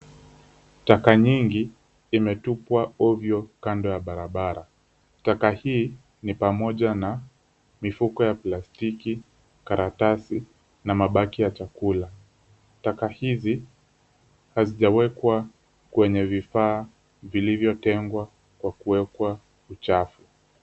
Taka nyingi imetupwa ovyo kando ya barabara taka hii ni pamoja ya mifuko ya plastiki, karatasi na ma aki ya chakula. Taka hizi hazijaekwa kwenye vifaa vilivyotengwa kwa kuekwa uchafu.